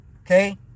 okay